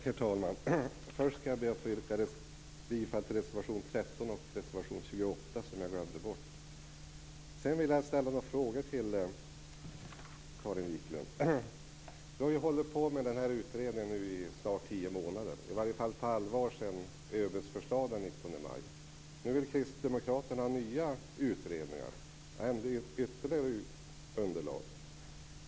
Herr talman! Först ska jag be att få yrka bifall till reservationerna 13 och 28 som jag tidigare glömde att göra. Vi har ju hållit på med den här utredningen i snart tio månader, i varje fall på allvar sedan ÖB:s förslag den 19 maj. Nu vill kristdemokraterna ha nya utredningar och ytterligare underlag.